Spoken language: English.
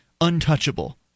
untouchable